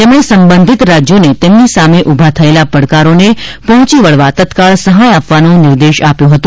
તેમણે સંબંધીત રાજ્યોને તેમની સામે ઉભા થયેલા પડકારોને પહોંચી વળવા તત્કાળ સહાય આપવાનો નિર્દેશ આપ્યો હતો